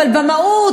אבל במהות,